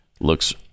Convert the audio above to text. Looks